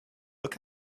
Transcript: look